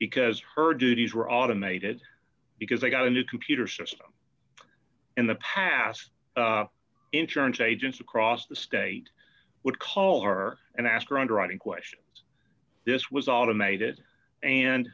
because her duties were automated because they got a new computer system in the past insurance agents across the state would call her and ask her underwriting questions this was automated and